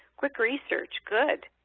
quick research, good.